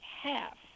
half